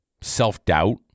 self-doubt